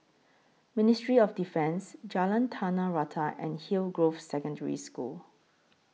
Ministry of Defence Jalan Tanah Rata and Hillgrove Secondary School